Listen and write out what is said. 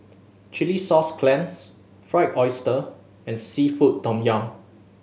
chilli sauce clams Fried Oyster and seafood tom yum